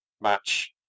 match